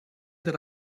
that